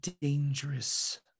dangerous